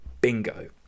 bingo